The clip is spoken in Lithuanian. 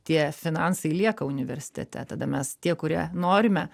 tie finansai lieka universitete tada mes tie kurie norime